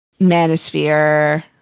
manosphere